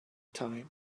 time